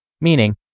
Meaning